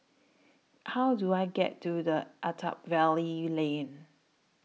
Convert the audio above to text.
How Do I get to The Attap Valley Lane